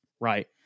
right